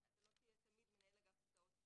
ואתה לא תהיה תמיד מנהל אגף הסעות,